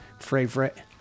Favorite